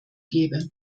gebe